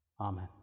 Amen